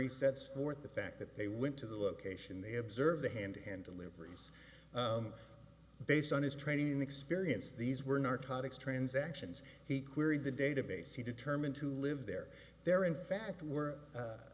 he sets forth the fact that they wint to the location they observed the hand to hand deliveries based on his training experience these were narcotics transactions he queried the database he determined to live there there in fact were